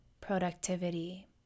productivity